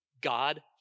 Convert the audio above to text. God